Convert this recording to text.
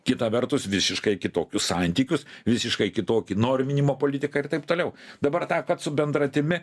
kita vertus visiškai kitokius santykius visiškai kitokį norminimo politiką ir taip toliau dabar tą kad su bendratimi